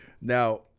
now